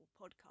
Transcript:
podcast